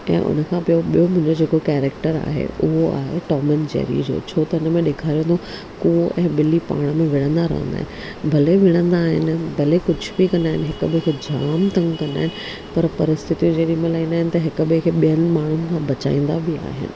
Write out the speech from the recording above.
ऐं उन खां पोइ ॿियो मुंहिंजो करैक्टर आहे उहो आहे टॉम एंड जैरी जो छो त हिन में ॾेखारियो अथउं कूओ ऐं ॿिली पाण में विणहंदा रहंदा आहिनि भले विरिहींदा आहिनि भले कुझु बि कंदा आहिनि हिकु ॿिए खे जाम तंग कंदा आहिनि पर परिस्थिती जेॾीमहिल इन त हिकु ॿिए खे ॿियनि माण्हुनि खां बचाईंदा बि आहिनि